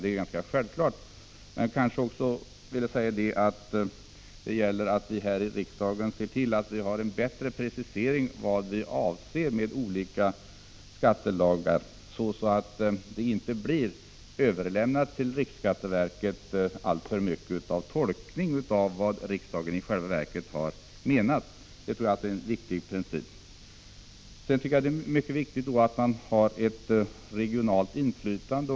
Det är ganska självklart. Men jag vill också säga att det gäller att vi här i riksdagen bättre preciserar vad vi avser med olika skattelagar, så att vi inte i alltför stor utsträckning överlämnar till riksskatteverket att tolka vad riksdagen i själva verket har menat. Det tror jag alltså är en viktig princip. Jag tycker det är viktigt att man har ett regionalt inflytande.